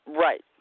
Right